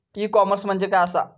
E commerce म्हणजे काय असा?